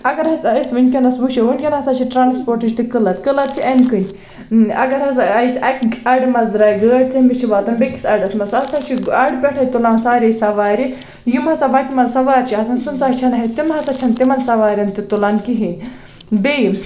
اگر ہسا أسۍ وٕنۍکٮ۪نَس وٕچھو وٕنۍکٮ۪ن ہسا چھِ ٹرٛانسپوٹٕچ تہِ قلت قلت چھِ اَمہِ کِنۍ اگر ہسا أسۍ اَکہِ اَڑِ منٛز درٛایہِ گٲڑۍ تٔمِس چھُ واتان بیٚکِس اَڑَس منٛز سُہ ہسا چھِ اَڑٕ پٮ۪ٹھَے تُلان سارے سوارِ یِم ہسا وَتہِ منٛز سوارِ چھِ آسان سُہ نہٕ سا چھُنہٕ ہے تِمہٕ ہسا چھِنہٕ تِمَن سوارٮ۪ن تہِ تُلان کِہیٖنۍ بیٚیہِ